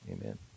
Amen